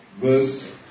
verse